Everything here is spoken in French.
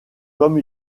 comme